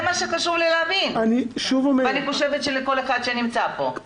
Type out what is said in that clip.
זה מה שחשוב לי להבין, כמו גם לכל מי שנמצא פה.